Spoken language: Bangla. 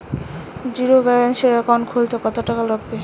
জিরোব্যেলেন্সের একাউন্ট খুলতে কত টাকা লাগবে?